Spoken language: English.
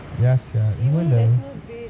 ya sia even the